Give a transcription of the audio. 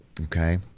Okay